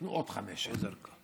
נתנו עוד חמש שנים.